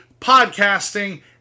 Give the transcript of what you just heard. podcasting